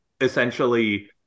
essentially